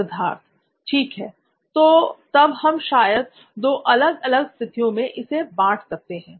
सिद्धार्थ ठीक है तो तब हम शायद दो अलग अलग स्तिथियों मे इसे बाँट सकते हैं